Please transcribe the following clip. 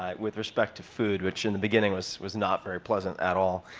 ah with respect to food, which in the beginning was was not very pleasant at all.